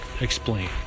explain